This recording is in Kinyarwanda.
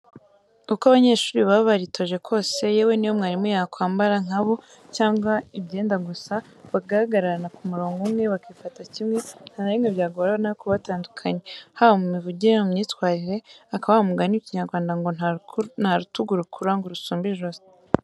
Uko abanyeshuri baba baritoje kose, yewe n'iyo mwarimu yakwambara nka bo cyangwa ibyenda gusa, bagahagararana ku murongo umwe, bakifata kimwe, nta na rimwe byagorana kubatandukanya, haba mu mivugire no mu myitwarire; aka wa mugani w'ikinyarwanda ngo: '' Nta rutugu rukura ngo rusumbe ijosi.''